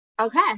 okay